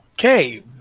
Okay